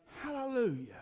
Hallelujah